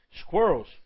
Squirrels